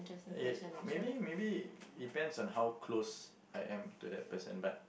ya maybe maybe depends on how close I am to that person but